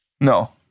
No